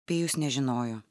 pijus nežinojo